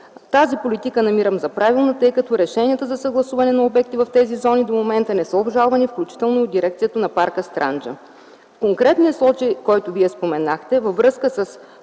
Тази политика намирам за правилна, тъй като решението за съгласуване на обекти в тези зони до момента не са обжалвани, включително и дирекцията на парк „Странджа”. В конкретния случай, който Вие споменахте, във връзка с